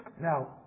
Now